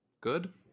good